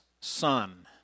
son